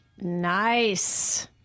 Nice